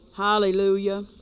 Hallelujah